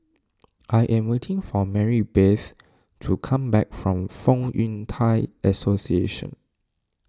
I am waiting for Marybeth to come back from Fong Yun Thai Association